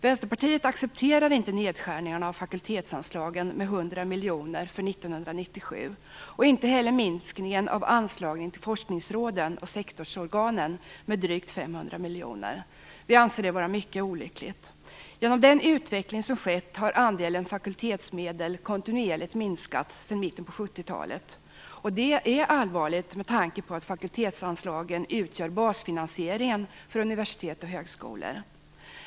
Vänsterpartiet accepterar inte nedskärningarna av fakultetsanslagen med 100 miljoner för 1997 och inte heller minskningen av anslagen till forskningsråden och sektorsorganen med drygt 500 miljoner kronor. Vi anser dessa nedskärningar vara mycket olyckliga. Genom den utveckling som skett har andelen fakultetsmedel kontinuerligt minskat sedan mitten på 70-talet. Det är allvarligt med tanke på att fakultetsanslagen utgör basfinansieringen för universitet och högskolor.